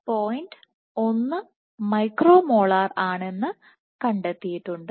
1 micromolar ആണെന്ന് കണ്ടെത്തിയിട്ടുണ്ട്